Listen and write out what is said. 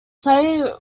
play